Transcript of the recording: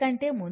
కంటే ముందుంది